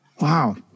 Wow